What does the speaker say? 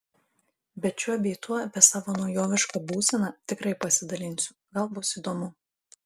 bet šiuo bei tuo apie savo naujovišką būseną tikrai pasidalinsiu gal bus įdomu